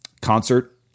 concert